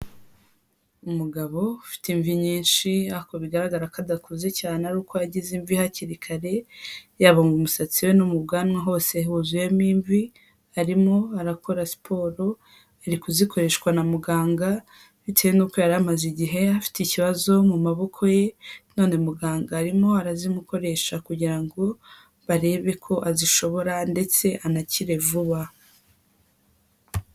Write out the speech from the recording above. Umugabo ufite imvi nyinshi ariko bigaragara ko adakuze cyane ari uko yagize imvi hakiri kare, yaba mu musatsi we no mu bwanwa hose huzuyemo imvi, arimo arakora siporo, ari kuzikoreshwa na muganga, bitewe n'uko yari amaze igihe afite ikibazo mu maboko ye none muganga arimo arazimukoresha, kugira ngo barebe ko azishobora, ndetse anakire vuba.